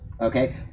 Okay